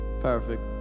Perfect